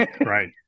right